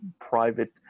private